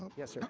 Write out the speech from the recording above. yes,